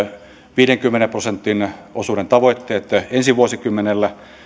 viidenkymmenen prosentin osuuden tavoitteet ensi vuosikymmenellä